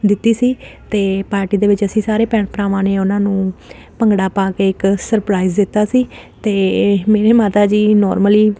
ਦਿੱਤੀ ਸੀ ਅਤੇ ਪਾਰਟੀ ਦੇ ਵਿੱਚ ਅਸੀਂ ਸਾਰੇ ਭੈਣ ਭਰਾਵਾਂ ਨੇ ਉਹਨਾਂ ਨੂੰ ਭੰਗੜਾ ਪਾ ਕੇ ਇੱਕ ਸਰਪ੍ਰਾਈਜ਼ ਦਿੱਤਾ ਸੀ ਅਤੇ ਮੇਰੇ ਮਾਤਾ ਜੀ ਨੋਰਮਲੀ